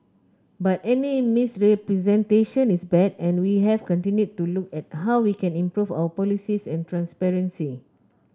but any misrepresentation is bad and we have continued to look at how we can improve our policies and transparency